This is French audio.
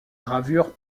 gravures